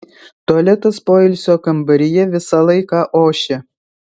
tualetas poilsio kambaryje visą laiką ošia